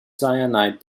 cyanide